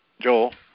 Joel